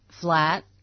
flat